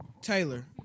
Taylor